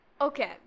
Okay